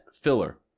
filler